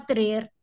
rare